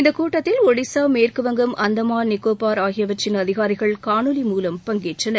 இந்தக் கூட்டத்தில் ஒடிசா மேற்கு வங்கம் அந்தமான் நிகோபார் ஆகியவற்றின் அதிகாரிகள் காணொலி மூலம் பங்கேற்றனர்